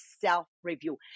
self-review